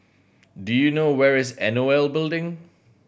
do you know where is N O L Building